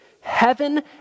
heaven